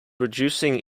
reducing